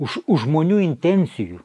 už už žmonių intencijų